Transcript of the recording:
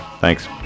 Thanks